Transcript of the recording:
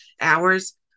hours